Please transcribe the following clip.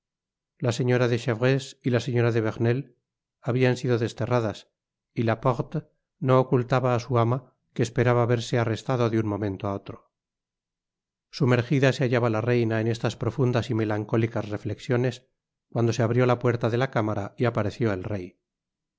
la señora de chevreuse y la señora de vernel habian sido desterradas y laporte no ocultaba á su ama que esperaba verse arrestado de un momento á otro sumerjida se hallaba la reina en estas profundas y melancólicas reflexiones cuando se abrió la puerta de la cámara y apareció el'rey la